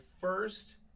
first